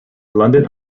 london